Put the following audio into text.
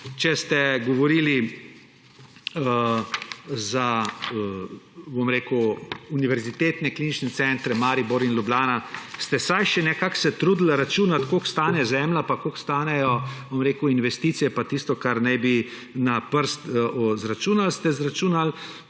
če ste govorili za Univerzitetni klinični center Maribor in Ljubljana, ste se vsaj še nekako trudili računati, koliko stane zemlja pa koliko stanejo investicije pa tisto, kar naj bi na prst izračunali, ste izračunali,